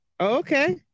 Okay